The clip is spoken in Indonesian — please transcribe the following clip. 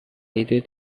itu